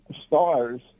stars